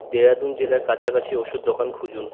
দেরাদুন জেলায় কাছাকাছি ওষুধের দোকান খুঁজুন